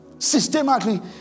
systematically